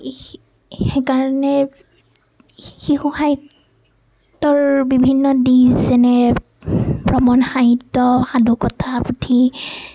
সেইকাৰণে শিশু সাহিত্যৰ বিভিন্ন দিশ যেনে ভ্ৰমণ সাহিত্য সাধুকথাৰ পুথি